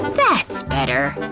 that's better.